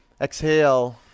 exhale